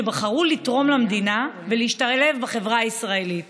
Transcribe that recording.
שבחרו לתרום למדינה ולהשתלב בחברה הישראלית